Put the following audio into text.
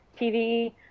TV